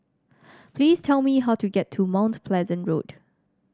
please tell me how to get to Mount Pleasant Road